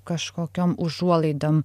kažkokiom užuolaidom